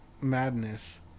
madness